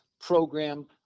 program